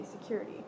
security